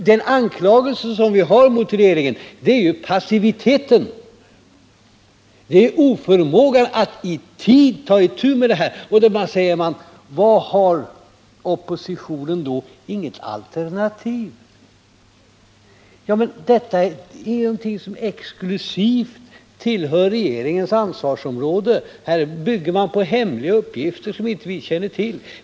Den anklagelse vi har mot regeringen gäller passiviteten, oförmågan att ta itu med detta. Då säger man: Har oppositionen inget alternativ? Ja, men detta är ju någonting som exklusivt tillhör regeringens ansvarsområde. Här bygger man på hemliga uppgifter som inte vi känner till.